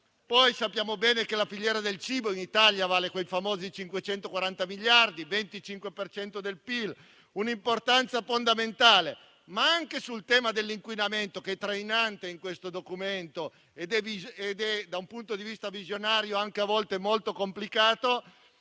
Poi sappiamo bene che la filiera del cibo in Italia vale quei famosi 540 miliardi, il 25 per cento del PIL, con un'importanza fondamentale. Il tema dell'inquinamento è trainante in questo documento e, da un punto di vista visionario, è a volte molto complicato.